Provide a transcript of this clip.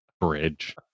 bridge